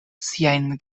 siajn